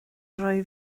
rhoi